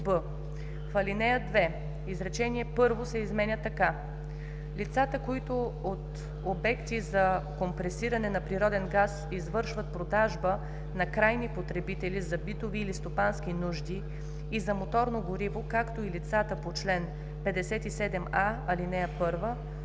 в ал. 2 изречение първо се изменя така: „Лицата, които от обекти за компресиране на природен газ извършват продажба на крайни потребители за битови или стопански нужди и за моторно гориво, както и лицата по чл. 57а, ал. 1,